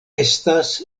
estas